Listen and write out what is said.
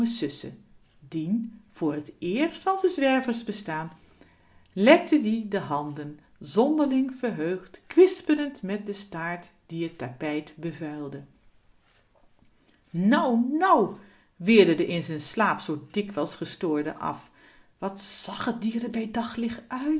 dien voor t eerst van z'n zwerversbestaan lekte ie de handen zonderling verheugd kwispelend met den staart die t tapijt bevuilde nou nou weerde de in z'n slaap zoo dikwijls gestoorde af wat zag t dier r bij daglicht